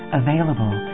available